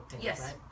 Yes